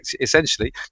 essentially